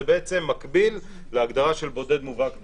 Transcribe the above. זה בעצם מקביל להגדרה של בודד מובהק בצה"ל.